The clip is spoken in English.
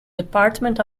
department